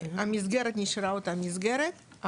המסגרת נשארה אותה מסגרת.